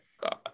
God